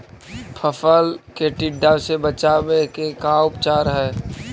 फ़सल के टिड्डा से बचाव के का उपचार है?